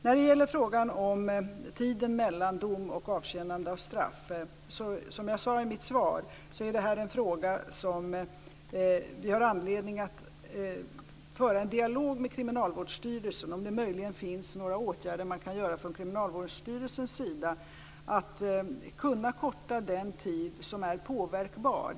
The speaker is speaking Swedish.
När det gäller frågan om tiden mellan dom och avtjänande av straff finns det, som jag sade i mitt svar, anledning att föra en dialog med Krimnalvårdsstyrelsen om det möjligen finns några åtgärder som kan vidtas från Kriminalvårdsstyrelsens sida för att kunna korta den tid som är påverkbar.